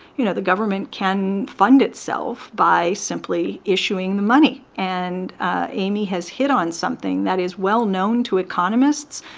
you know, the government can fund itself by simply issuing the money. and amy has hit on something that is well-known to economists.